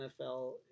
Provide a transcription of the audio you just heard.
NFL